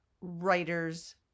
writer's